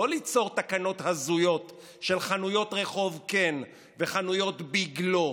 לא ליצור תקנות הזויות של חנויות רחוב כן וחנויות ביג לא,